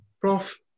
Prof